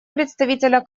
представителя